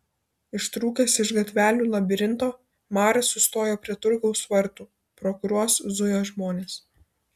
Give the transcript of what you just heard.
ištrūkęs iš gatvelių labirinto maras sustojo prie turgaus vartų pro kuriuos zujo žmonės